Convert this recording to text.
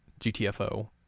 GTFO